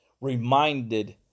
reminded